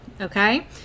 okay